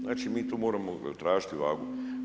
Znači mi tu moramo tražiti vagu.